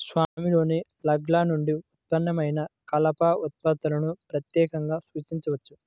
స్వామిలోని లాగ్ల నుండి ఉత్పన్నమైన కలప ఉత్పత్తులను ప్రత్యేకంగా సూచించవచ్చు